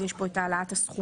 אז יש פה את העלאת הסכומים.